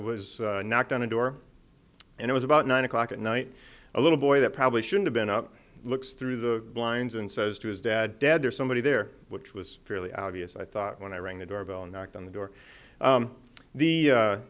was knocked on a door and it was about nine o'clock at night a little boy that probably should've been out looks through the blinds and says to his dad dad there's somebody there which was fairly obvious i thought when i rang the doorbell and knocked on the the door the